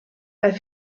bei